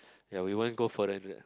ya we won't go further into it